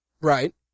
Right